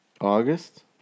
August